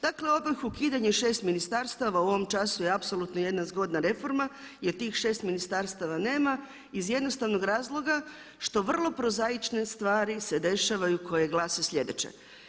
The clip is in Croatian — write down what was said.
Dakle, … ukidanje šest ministarstava u ovom času je apsolutno jedna zgodna reforma jel tih šest ministarstava nema iz jednostavnog razloga što vrlo prozaične stvari se dešavaju koje glase sljedeće.